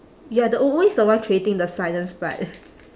you're the always the one creating the silence but